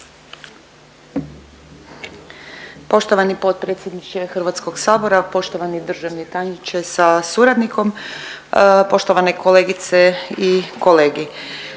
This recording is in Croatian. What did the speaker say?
lijepa potpredsjedniče Hrvatskog sabora, poštovana državna tajnice sa suradnicom, kolegice i kolege